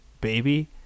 baby